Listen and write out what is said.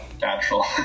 natural